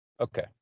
okay